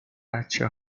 بچه